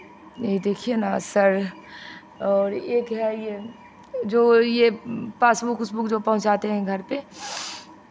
ये देखिए ना सर और एक है ये जो ये पासबुक उसबुक जो पहुँचाते हैं घर पे